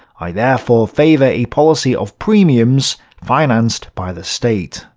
i therefore favor a policy of premiums financed by the state.